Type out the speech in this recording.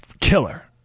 killer